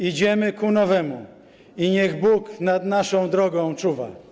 Idziemy ku nowemu i niech Bóg nad naszą drogą czuwa.